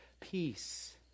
peace